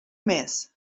més